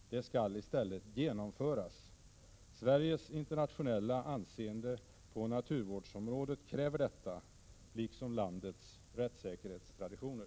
Det skall i stället genomföras. Sveriges internationella anseende på naturvårdsområdet kräver det, liksom landets rättssäkerhetstraditioner.